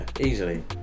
easily